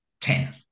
ten